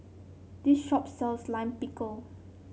this shop sells Lime Pickle